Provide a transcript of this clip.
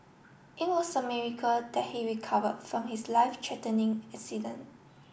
it was a miracle that he recovered from his life threatening accident